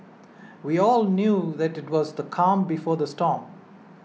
we all knew that it was the calm before the storm